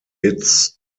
its